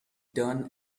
done